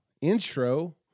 intro